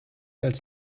als